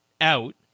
out